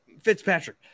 Fitzpatrick